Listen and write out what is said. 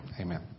Amen